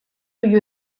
you